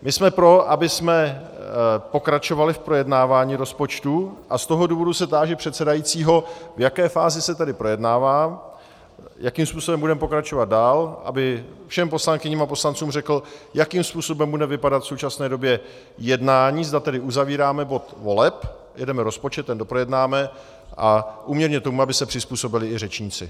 My jsme pro, abychom pokračovali v projednávání rozpočtu, a z toho důvodu se táži předsedajícího, v jaké fázi se tedy projednává, jakým způsobem budeme pokračovat dál, aby všem poslankyním a poslancům řekl, jakým způsobem bude vypadat v současné době jednání, zda tedy uzavíráme bod voleb, jedeme rozpočet, ten projednáme, a úměrně tomu aby se přizpůsobili i řečníci.